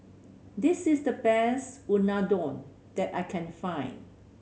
this is the best Unadon that I can find